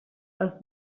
dels